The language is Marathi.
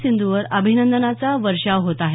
सिंधुवर अभिनंदनाचा वर्षाव होत आहे